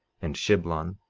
and shiblon,